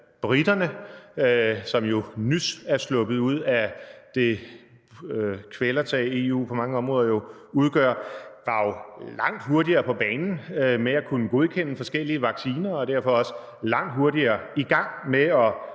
briterne, som nys er sluppet ud af det kvælertag, som EU på mange områder udgør, var jo langt hurtigere på banen med at kunne godkende forskellige vacciner og er derfor også langt hurtigere kommet i gang med at